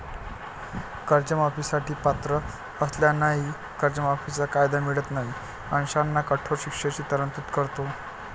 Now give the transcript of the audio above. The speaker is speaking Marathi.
कर्जमाफी साठी पात्र असलेल्यांनाही कर्जमाफीचा कायदा मिळत नाही अशांना कठोर शिक्षेची तरतूद करतो